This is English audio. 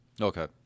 Okay